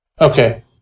Okay